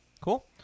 Cool